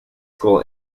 school